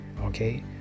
Okay